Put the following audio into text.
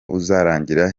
uzarangira